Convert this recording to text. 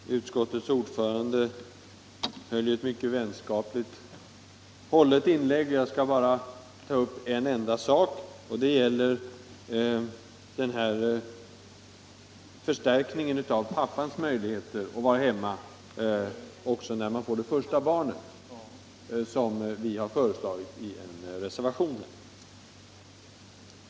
Nr 119 Herr talman! Utskottets ordförande gjorde ett mycket vänskapligt hållet inlägg. Jag skall bara ta upp en enda sak, och det gäller den förstärkning av pappans möjligheter att vara hemma också vid första barnets födelse, LK som vi har föreslagit i en reservation.